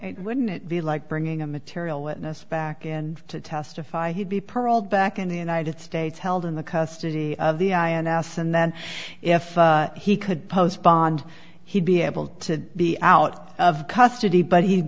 wouldn't it be like bringing a material witness back in to testify he'd be paroled back in the united states held in the custody of the ins and then if he could post bond he'd be able to be out of custody but